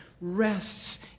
rests